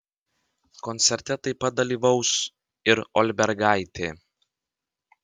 koncerte taip pat dalyvaus ir olbergaitė